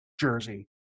jersey